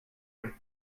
you